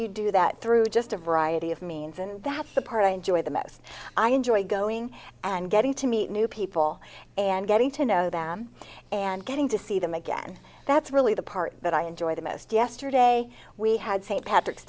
you do that through just a variety of means and that's the part i enjoy the mess i enjoy going and getting to meet new people and getting to know them and getting to see them again that's really the art that i enjoy the most yesterday we had st patrick's